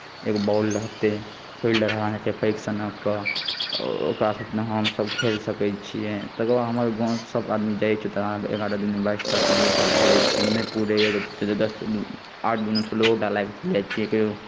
एगो बॉल रहतै फिल्ड रहतै पैघ सनक ओकरा साथे हमसभ खेल सकैत छियै तकर बाद हमर गाँवसँ सभआदमी जाइए एगारह दूनि बाइसटा प्लेयरकेँ लए कऽ जाइत छियै नहि पूरैए तऽ दस आठ दूनि सोलहोटा लए कऽ चलि जाइत छियै कहिओ